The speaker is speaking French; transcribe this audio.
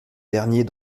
dernier